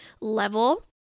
level